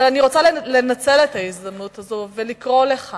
אבל אני רוצה לנצל את ההזדמנות הזאת ולקרוא לך